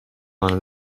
een